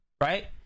right